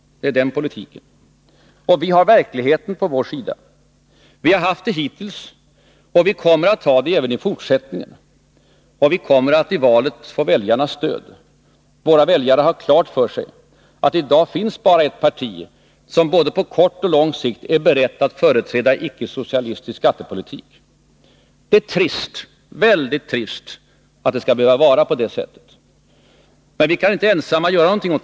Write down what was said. Vi har verkligheten på vår sida. Vi har haft det hittills och vi kommer att ha det i fortsättningen också. Vi kommer i valet att få väljarnas stöd. Våra väljare har klart för sig att det i dag finns bara ett parti, som både på kort och på lång sikt är berett att företräda icke-socialistisk skattepolitik. Det är väldigt trist att det skall behöva vara så. Åt detta kan vi dock ensamma inte göra någonting i dag.